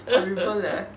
terrible leh